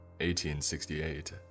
1868